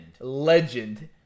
legend